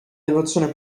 devozione